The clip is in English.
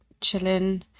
chilling